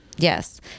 Yes